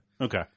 okay